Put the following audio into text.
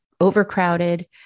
overcrowded